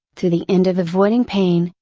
to the end of avoiding pain,